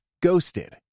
Ghosted